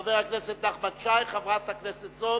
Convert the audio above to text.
חבר הכנסת נחמן שי, חברת הכנסת זועבי,